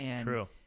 True